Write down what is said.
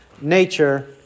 nature